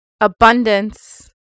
Abundance